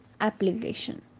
application